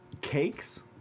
Cakes